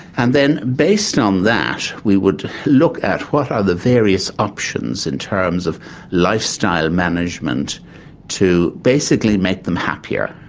and then based on that we would look at what are the various options in terms of lifestyle management to basically make them happier.